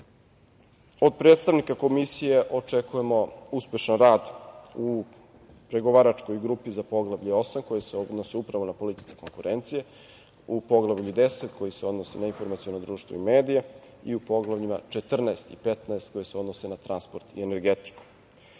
EU.Od predstavnika Komisije očekujemo uspešan rad u pregovaračkoj grupi za Poglavlje 8, koji se odnosi upravo na politiku konkurencije u Poglavlju 10, koji se odnosi na informaciono društvo i medije i u poglavljima 14. i 15, koji se odnose na transport i energetiku.Za